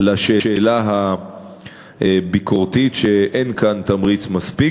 השאלה הביקורתית שאין כאן תמריץ מספיק.